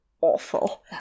awful